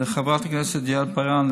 לחברת הכנסת יעל פארן,